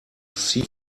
sea